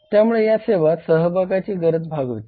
त्यामुळे या सेवा सहभागाची गरज भागवितात